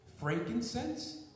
Frankincense